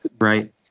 Right